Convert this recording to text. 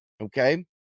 okay